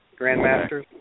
grandmasters